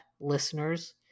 listeners